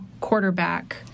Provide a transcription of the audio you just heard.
quarterback